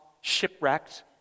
shipwrecked